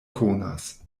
konas